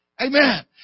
Amen